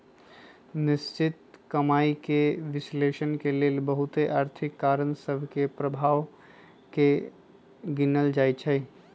निश्चित कमाइके विश्लेषण के लेल बहुते आर्थिक कारण सभ के प्रभाव के गिनल जाइ छइ